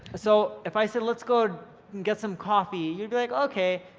so, if i said let's go get some coffee, you'd be like, okay,